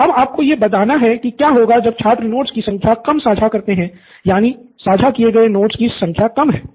तो अब आपको यह बताना है कि क्या होगा जब छात्र नोट्स की संख्या कम साझा करते हैं यानि साझा किए गए नोट्स की संख्या कम है